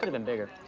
and been bigger.